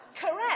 Correct